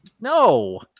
No